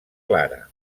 clara